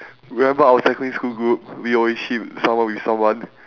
remember our secondary school group we always ship someone with someone